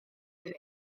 iddi